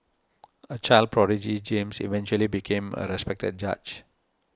a child prodigy James eventually became a respected judge